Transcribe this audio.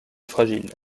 fragiles